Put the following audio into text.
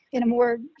in a more